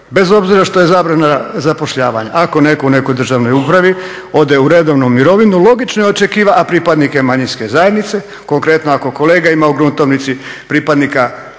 bez obzira što je zabrana zapošljavanja, ako netko u nekoj državnoj upravi ode u redovnu mirovinu logično je očekivati, a pripadnik je manjinske zajednice. Konkretno, ako kolega ima u gruntovnici pripadnika